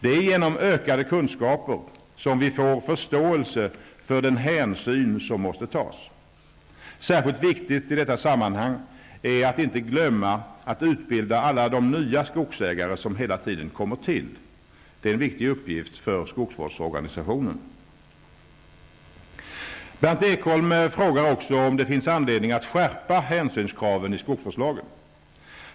Det är genom ökade kunskaper som vi får förståelse för den hänsyn som måste tas. Särskilt viktigt i detta sammanhang är att inte glömma att utbilda alla de nya skogsägare som hela tiden kommer till. Det är en viktig uppgift för skogsvårdsorganisationen. Berndt Ekholm frågar också om det finns anledning att skärpa hänsynskraven i skogsvårdslagen.